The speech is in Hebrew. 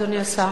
אדוני השר.